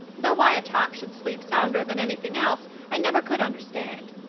though why a top should sleep sounder than anything else i never could understand.